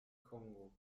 kongo